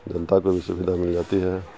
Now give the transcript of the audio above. جنتا کو بھی سویدھا مل جاتی ہے